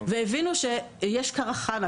והבינו שיש קרחנה,